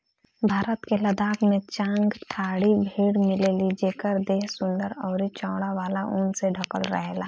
भारत के लद्दाख में चांगथांगी भेड़ मिलेली जेकर देह सुंदर अउरी चौड़ा वाला ऊन से ढकल रहेला